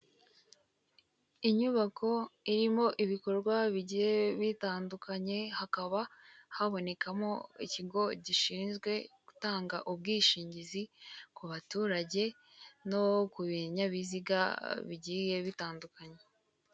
Inyubako irimo ibikorwa bigiye bitandukanye, hakaba habonekamo ikigo gishinzwe gutanga ubwishingizi ku baturage no ku binyabiziga bigiye bitandukanye.